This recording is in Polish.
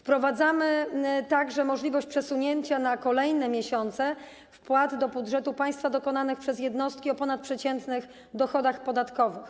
Wprowadzamy także możliwość przesunięcia na kolejne miesiące wpłat do budżetu państwa dokonywanych przez jednostki o ponadprzeciętnych dochodach podatkowych.